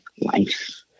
life